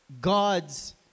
God's